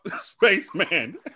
Spaceman